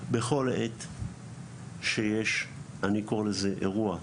בכל עת שיש, אני קורא לזה אירוע.